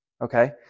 okay